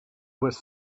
was